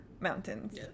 mountains